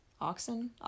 Oxen